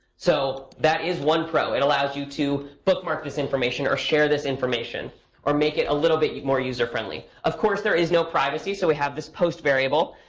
so that is one pro. it allows you to bookmark this information or share this information or make it a little bit more user-friendly. of course, there is no privacy, so we have this post variable.